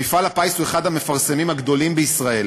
מפעל הפיס הוא אחד המפרסמים הגדולים בישראל.